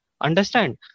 Understand